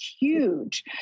huge